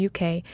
UK